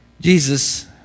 Jesus